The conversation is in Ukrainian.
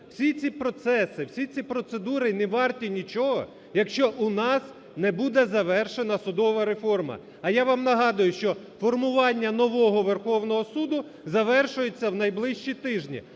всі ці процеси, всі ці процедури і не варті нічого, якщо у нас не буде завершена судова реформа. А я вам нагадую, що формування нового Верховного Суду завершується в найближчі тижні,